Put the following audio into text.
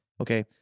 Okay